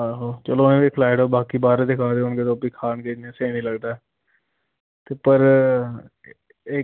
आहो चलो खलाई ओड़ो बाकि बाह्रे दे ते ओह् बी खान गे इ'यां स्हेई निं लगदा ऐ ते पर एह्